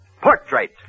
portrait